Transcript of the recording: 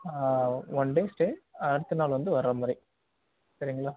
one day stay அடுத்த நாள் வந்து வர்றமாதிரி சரிங்களா